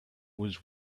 was